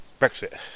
Brexit